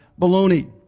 Baloney